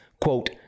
quote